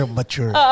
mature